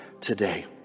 today